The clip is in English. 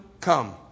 come